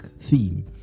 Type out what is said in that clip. theme